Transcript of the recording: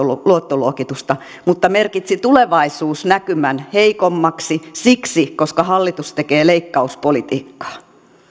luottoluokitusta mutta merkitsi tulevaisuusnäkymän heikommaksi siksi että hallitus tekee leikkauspolitiikkaa